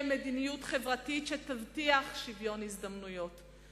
מדיניות חברתית שתבטיח שוויון הזדמנויות.